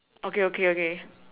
okay okay okay